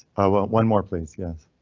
well one more please yes.